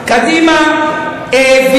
הכול